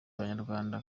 abanyarwanda